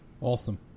Awesome